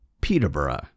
Peterborough